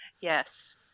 Yes